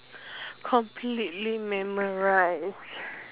completely memorise